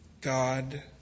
God